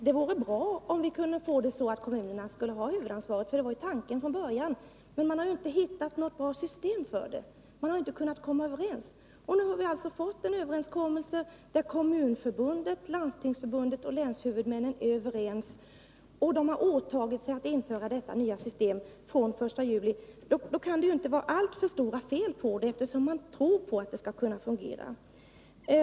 Herr talman! Det vore bra om kommunerna kunde få huvudansvaret, för det var ju tanken från början. Men man har inte hittat något bra system, och man har inte kunnat komma överens. Nu har vi alltså fått en överenskommelse där Kommunförbundet, Landstingsförbundet och länshuvudmännen är överens. De har åtagit sig att införa det här nya systemet från den 1 juli, och det kan ju inte vara alltför stora fel på det, eftersom man tror att det skall kunna fungera.